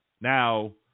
Now